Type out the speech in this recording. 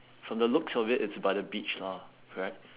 from the looks of it it's by the beach lah correct